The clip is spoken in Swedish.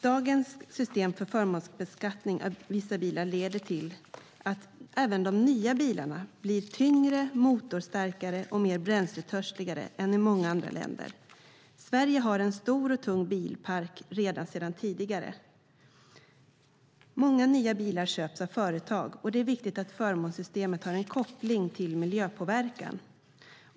Dagens system för förmånsbeskattning av vissa bilar leder till att nya bilar blir tyngre, motorstarkare och bränsletörstigare än i många andra länder. Sverige har sedan tidigare en stor och tung bilpark. Många nya bilar köps av företag, och det är viktigt att förmånssystemet har en koppling till miljöpåverkan.